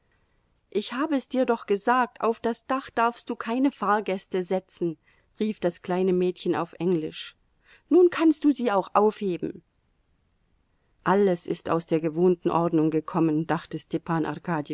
ich habe es dir doch gesagt auf das dach darfst du keine fahrgäste setzen rief das kleine mädchen auf englisch nun kannst du sie auch aufheben alles ist aus der gewohnten ordnung gekommen dachte